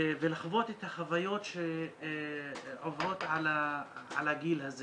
ולחוות את החוויות שעוברות על הגיל הזה